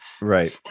Right